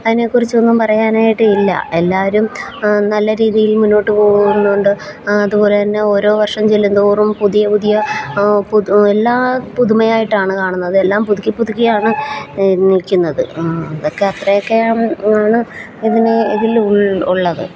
അതിനെക്കുറിച്ചൊന്നും പറയാനായിട്ട് ഇല്ല എല്ലാവരും നല്ല രീതിയിൽ മുന്നോട്ട് പോകുന്നുണ്ട് അതുപോലെത്തന്നെ ഓരോ വർഷം ചൊല്ലുന്തോറും പുതിയ പുതിയ പുതു എല്ലാ പുതുമയായിട്ടാണ് കാണുന്നത് എല്ലാം പുതുക്കി പുതുക്കിയാണ് നിൽക്കുന്നത് അതൊക്കെ അത്രയൊക്കെയാണ് ആണ് ഇതിന് ഇതിലുൾ ഉള്ളത്